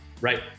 right